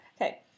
Okay